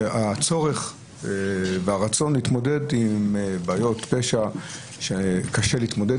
הצורך והרצון להתמודד עם בעיות פשע שקשה להתמודד